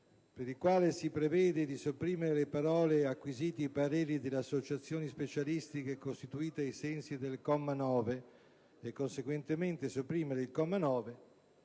con il quale si chiede di sopprimere le parole «e acquisiti i pareri delle associazioni specialistiche costituite ai sensi del comma 9» e conseguentemente di sopprimere il comma 9,